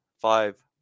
five